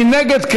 מי נגד?